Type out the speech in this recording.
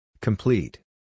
Complete